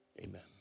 amen